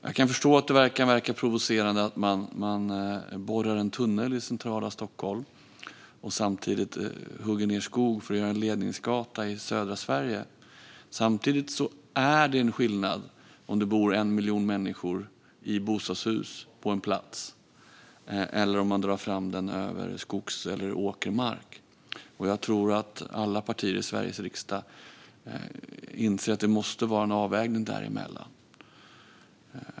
Jag kan förstå att det kan verka provocerande att man borrar en tunnel i centrala Stockholm och samtidigt hugger ned skog för att göra en ledningsgata i södra Sverige. Samtidigt är det en skillnad om det bor 1 miljon människor i bostadshus på en plats eller om man drar fram ledningen över skogs eller åkermark. Jag tror att alla partier i Sveriges riksdag inser att det måste vara en avvägning däremellan.